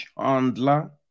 Chandler